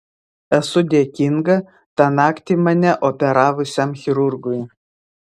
esu dėkinga tą naktį mane operavusiam chirurgui